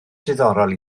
diddorol